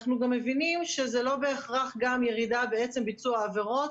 אנחנו גם מבינים שזה לא בהכרח ירידה בעצם ביצוע העבירות